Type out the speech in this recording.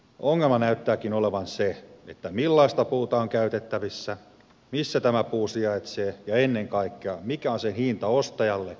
ongelma näyttääkin olevan se millaista puuta on käytettävissä missä tämä puu sijaitsee ja ennen kaikkea mikä on sen hinta ostajalle ja myyjälle